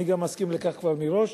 אני גם מסכים לכך כבר מראש,